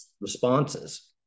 responses